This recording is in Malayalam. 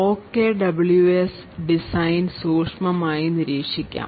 OKWS ഡിസൈൻ സൂക്ഷ്മമായി നിരീക്ഷിക്കാം